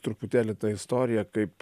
truputėlį tą istoriją kaip